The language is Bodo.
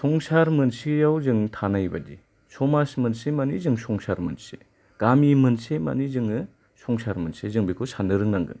संसार मोनसेआव जों थानायबायदि समास मोनसे मानि जों संसार मोनसे गामि मोनसे मानि जोङो संसार मोनसे जों बेखौ साननो रोंनांगोन